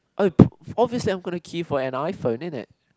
obviously I am gonna key for an iphone in it